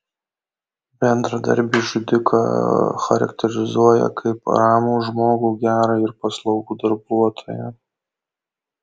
bendradarbiai žudiką charakterizuoja kaip ramų žmogų gerą ir paslaugų darbuotoją